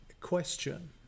question